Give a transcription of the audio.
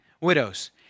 widows